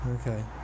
Okay